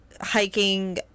hiking